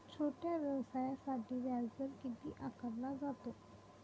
छोट्या व्यवसायासाठी व्याजदर किती आकारला जातो?